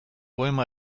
poema